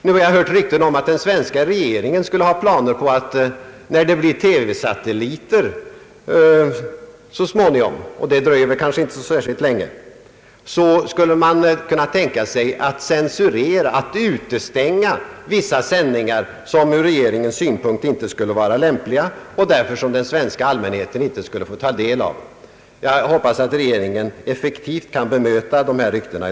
Nu har det hörts rykten om att den svenska regeringen skulle ha planer på att när det så småningom blir TV-satelliter — och detta dröjer väl inte så länge — censurera och utestänga vissa sändningar som ur regeringens synpunkt inte skulle vara lämpliga och som väl den svenska allmänheten inte skulle få ta del av. Jag hoppas att regeringen i dag effektivt kan bemöta dessa rykten.